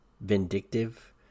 vindictive